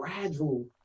gradual